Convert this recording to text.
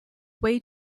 way